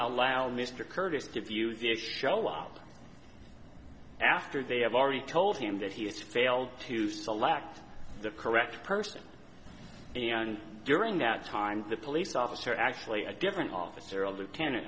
allow mr curtis to view the a show well after they have already told him that he has failed to select the correct person and during that time the police officer actually a different officer a lieutenant